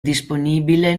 disponibile